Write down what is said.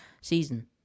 season